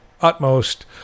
utmost